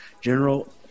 general